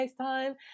FaceTime